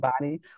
body